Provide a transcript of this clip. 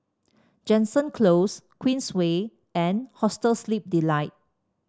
Jansen Close Queensway and Hostel Sleep Delight